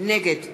נגד